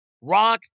Rock